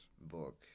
book